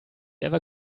ever